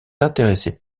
intéressé